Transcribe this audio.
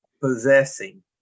possessing